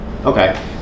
okay